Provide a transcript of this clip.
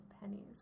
pennies